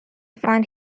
find